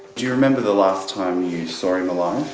do you remember the last time you saw him alive?